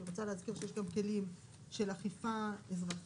אני רוצה להזכיר שיש גם כלים של אכיפה אזרחית,